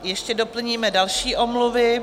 Ještě doplníme další omluvy.